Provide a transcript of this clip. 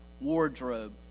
wardrobe